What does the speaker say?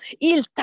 il